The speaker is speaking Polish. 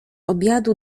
obiadu